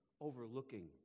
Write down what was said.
overlooking